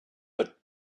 but